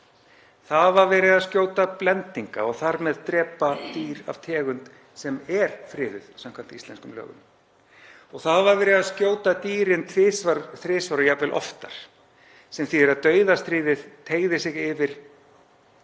Það var verið að skjóta blendinga og þar með drepa dýr af tegund sem er friðuð samkvæmt íslenskum lögum. Það var verið að skjóta dýrin tvisvar, þrisvar og jafnvel oftar, sem þýðir að dauðastríðið teygði sig yfir tugi